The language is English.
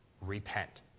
Repent